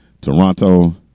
Toronto